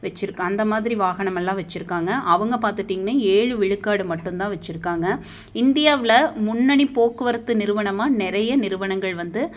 வச்சிருக்கேன் அந்தமாதிரி வாகனமெல்லாம் வச்சுருக்காங்க அவங்க பார்த்துட்டீங்னா ஏழு விழுக்காடு மட்டும்தான் வச்சுருக்காங்க இந்தியாவில் முன்னணி போக்குவரத்து நிறுவனமாக நிறையா நிறுவனங்கள் வந்து இருக்குது